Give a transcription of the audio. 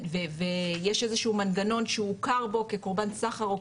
ויש איזה שהוא מנגנון שהוא הוכר בו כקורבן סחר,